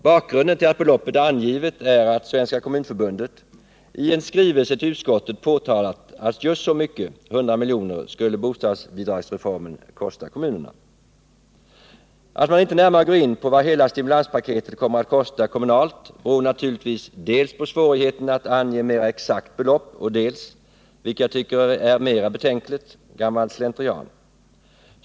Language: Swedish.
Bakgrunden till att beloppet är angivet är att Svenska kommunförbundet i en skrivelse till utskottet påtalat att just så mycket, 100 miljoner, skulle bostadsbidragsreformen kosta kommunerna. Att man inte närmare går in på vad hela stimulanspaketet kommer att kosta kommunalt, beror naturligtvis dels på svårigheten att ange mera exakta belopp, dels — vilket jag tycker är mera betänkligt — gammal slentrian.